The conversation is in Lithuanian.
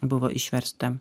buvo išversta